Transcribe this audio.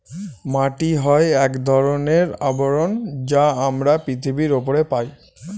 মাটি হয় এক ধরনের আবরণ যা আমরা পৃথিবীর উপরে পায়